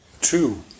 Two